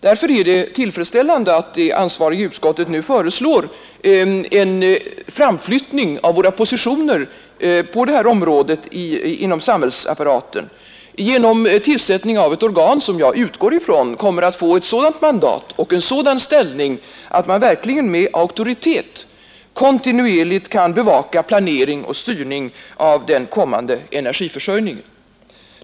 Därför är det tillfredsställande att det ansvariga utskottet nu föreslår en framflyttning av våra positioner på det här området inom samhällsapparaten genom tillsättande av ett organ som — det utgår jag från — kommer att få ett sådant mandat och en sådan ställning att det verkligen med auktoritet kontinuerligt kan bevaka planering och styrning av den kommande energiförsörjningen.